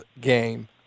game